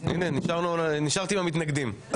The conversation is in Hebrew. הנה, נשארתי עם המתנגדים.